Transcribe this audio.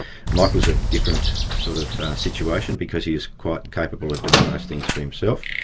michael's a different sort of situation because he is quite capable of doing most things for himself.